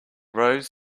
rows